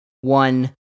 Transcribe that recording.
one